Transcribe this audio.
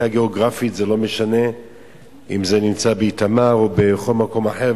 גיאוגרפית זה לא משנה אם זה באיתמר או בכל מקום אחר.